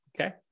Okay